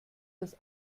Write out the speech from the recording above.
das